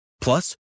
Plus